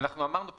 אמרנו,